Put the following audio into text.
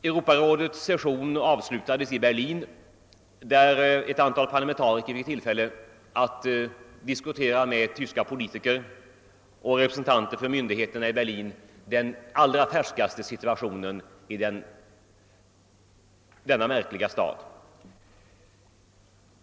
Europarådets session avslutades i Berlin, där ett antal parlamentariker fick tillfälle att diskutera med tyska politiker och representanter för myndigheter i Berlin om den allra färskaste situationen i denna märkliga stad.